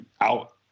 out